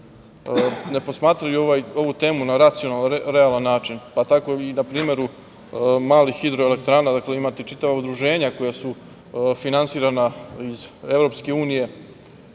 ne posmatraju ovu temu na racionalan način, pa tako i na primeru, malih hidroelektrana, imate čitava udruženja koja su finansirana iz Evropske unije,